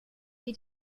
hier